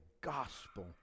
gospel